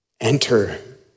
Enter